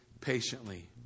patiently